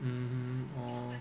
mm orh